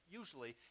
usually